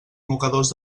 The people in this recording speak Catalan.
mocadors